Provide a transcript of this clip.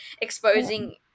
exposing